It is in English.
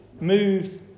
moves